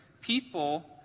people